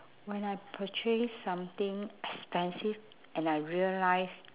when I purchase something expensive and I realise